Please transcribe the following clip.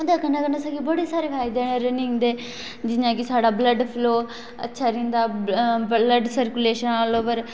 एहदे कन्नै कन्नै स्हानू बड़े सारे फायदे ना रन्निंग दे जियां कि साढ़ा ब्लड फलो अच्छा रैंहदा ब्लड सरकोलेशन आलओबर